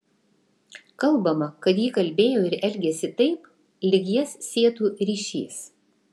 kalbama kad ji kalbėjo ir elgėsi taip lyg jas sietų ryšys